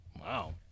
wow